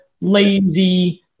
lazy